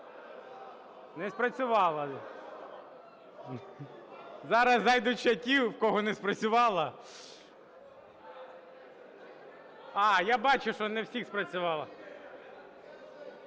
Не спрацювало, зараз ще зайдуть ще ті, в кого не спрацювало. Я бачу, що не в усіх спрацювала.